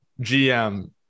GM